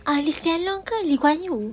I understand yang lee kuan yew